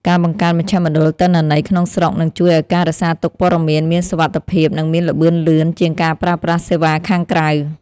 ការបង្កើតមជ្ឈមណ្ឌលទិន្នន័យក្នុងស្រុកនឹងជួយឱ្យការរក្សាទុកព័ត៌មានមានសុវត្ថិភាពនិងមានល្បឿនលឿនជាងការប្រើប្រាស់សេវាខាងក្រៅ។